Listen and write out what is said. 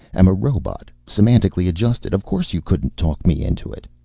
am a robot, semantically adjusted. of course you couldn't talk me into it.